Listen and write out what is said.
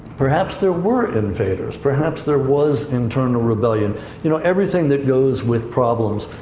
perhaps there were invaders, perhaps there was internal rebellion you know everything that goes with problems,